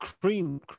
cream